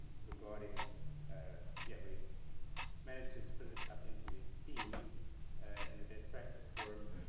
regarding yeah, we managed to split it up into themes in the best practice forum,